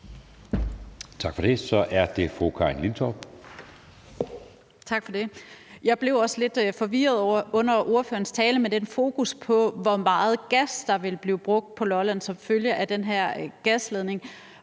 Liltorp. Kl. 20:42 Karin Liltorp (M): Tak for det. Jeg blev også lidt forvirret under ordførerens tale med dens fokus på, hvor meget gas der vil blive brugt på Lolland som følge af den her gasledning.